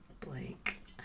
Blake